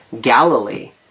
Galilee